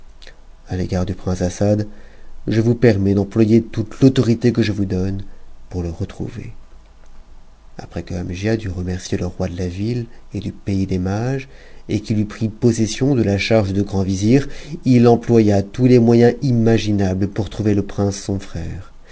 a l'égard du prince assad je vous permets d'employer toute l'autorité que je vous donne pour le retrouver après que amgiad eut remercié le roi de la ville et du pays des mages et qu'il eut pris possession de la charge de grand vizir il employa tous les moyens imaginables pour trouver le prince son frère